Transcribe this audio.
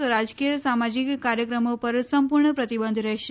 તો રાજકીય સામાજિક કાર્યક્રમો પર સંપૂર્ણ પ્રતિબંધરહેશે